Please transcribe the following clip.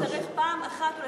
שצריך פעם אחת ולתמיד,